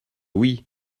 oui